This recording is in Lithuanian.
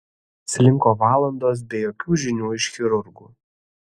slinko valandos be jokių žinių iš chirurgų